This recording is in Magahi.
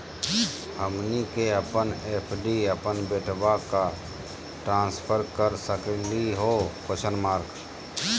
हमनी के अपन एफ.डी अपन बेटवा क ट्रांसफर कर सकली हो?